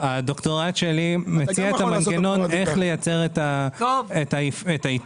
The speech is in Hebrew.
שלי מציע את המנגנון לייצור האיתור,